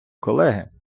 колеги